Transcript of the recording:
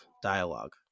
dialogue